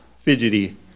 fidgety